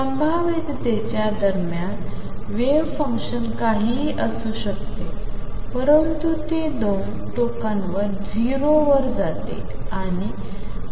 संभाव्यतेच्या दरम्यान wave function काहीही असू शकते परंतु ते दोन टोकांवर 0 वर जाते